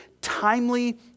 timely